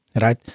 Right